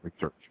research